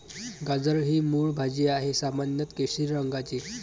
गाजर ही मूळ भाजी आहे, सामान्यत केशरी रंगाची